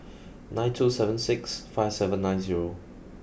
nine two seven six five seven nine zero